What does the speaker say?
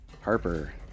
Harper